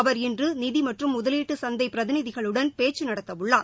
அவர் இன்று நிதி மற்றும் முதலீட்டு சந்தை பிரதிநிதிகளுடன் பேச்சு நடத்த உள்ளார்